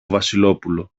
βασιλόπουλο